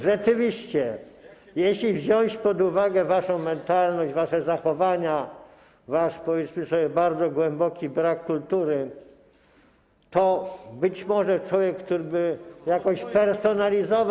Rzeczywiście, jeśli wziąć pod uwagę waszą mentalność, wasze zachowania, wasz, powiedzmy sobie, bardzo głęboki brak kultury, to być może człowiek, który by jakoś personalizował.